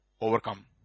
overcome